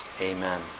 Amen